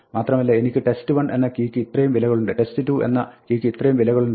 മാത്രമല്ല എനിക്ക് test1 എന്ന കീ ക്ക് ഇത്രയും വിലകളുണ്ട് test2 എന്ന കീ ക്ക് ഇത്രയും വിലകളുണ്ട്